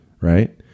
right